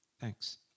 thanks